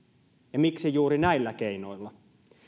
ja miksi juuri näillä keinoilla